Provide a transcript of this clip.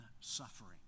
Suffering